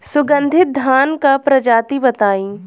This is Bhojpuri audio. सुगन्धित धान क प्रजाति बताई?